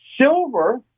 Silver